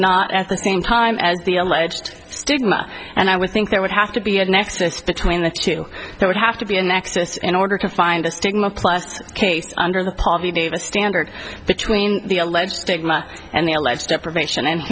not at the same time as the alleged stigma and i would think there would have to be a next it's between the two there would have to be a nexus in order to find a stigma plast case under the pommie davis standard between the alleged stigma and the alleged deprivation and